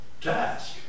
task